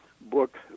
book